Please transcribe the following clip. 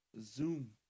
Zoom